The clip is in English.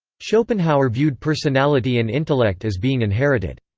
schopenhauer viewed personality and intellect as being inherited.